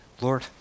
Lord